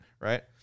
right